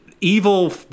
evil